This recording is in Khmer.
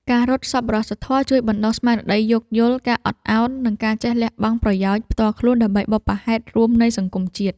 ការរត់សប្បុរសធម៌ជួយបណ្ដុះស្មារតីយោគយល់ ការអត់ឱន និងការចេះលះបង់ប្រយោជន៍ផ្ទាល់ខ្លួនដើម្បីបុព្វហេតុរួមនៃសង្គមជាតិ។